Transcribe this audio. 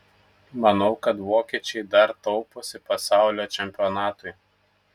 manau kad vokiečiai dar tauposi pasaulio čempionatui